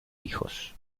hijos